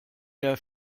der